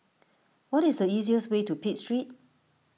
what is the easiest way to Pitt Street